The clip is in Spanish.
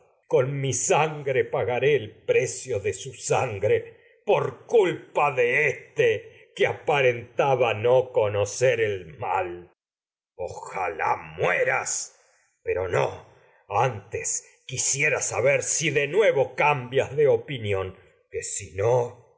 con mi sangre pa su garé el precio de rentaba no sangre por el mal culpa de éste mueras de que apa conocer ojalá pero no antes quisiera saber si de perezcas nuevo cambias opinión que si no